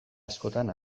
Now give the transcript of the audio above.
askotan